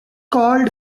called